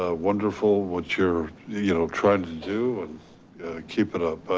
ah wonderful what you're you know trying to do and keep it up.